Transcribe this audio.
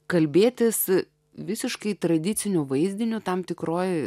kalbėtis visiškai tradicinių vaizdinių tam tikroje